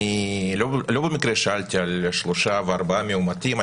אני לא במקרה שאלתי על שלושה וארבעה מאומתים.